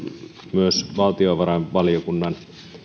myös valtiovarainvaliokunnan